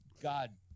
god